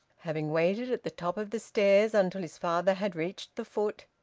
having waited at the top of the stairs until his father had reached the foot,